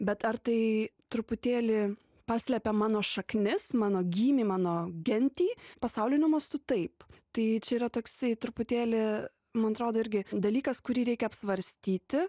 bet ar tai truputėlį paslepia mano šaknis mano gymį mano gentį pasauliniu mastu taip tai čia yra toksai truputėlį man atrodo irgi dalykas kurį reikia apsvarstyti